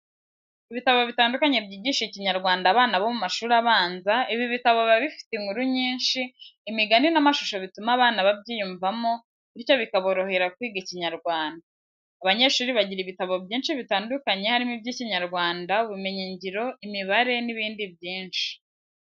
Ibitabo bitandukanye byigisha ikinyarwanda abana bo mu mashuri abanza, ibi bitabo biba bifite inkuru nyinshi, imigani n'amashusho bituma abana babyiyumvamo bityo bikaborohera kwiga ikinyarwanda. Abanyeshuri bagira ibitabo byinshi bitandukanye harimo iby'ikinyarwanda, ubumenyingiro, imibare n'ibindi byinshi.